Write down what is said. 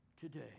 Today